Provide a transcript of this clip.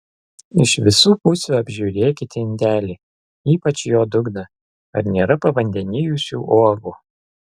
iš visų pusių apžiūrėkite indelį ypač jo dugną ar nėra pavandenijusių uogų